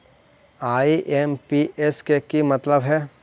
IMPS के कि मतलब है?